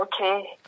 Okay